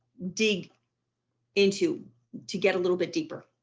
dig into to get a little bit deeper.